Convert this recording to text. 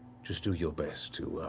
just do your best to